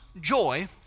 joy